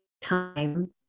time